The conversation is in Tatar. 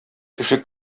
кеше